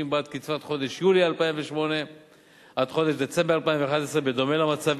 בעד קצבת חודש יולי 2008 עד חודש דצמבר 2011 בדומה למצב